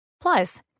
Plus